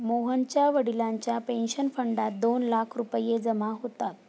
मोहनच्या वडिलांच्या पेन्शन फंडात दोन लाख रुपये जमा होतात